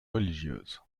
religieuse